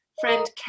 friend